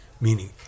meaning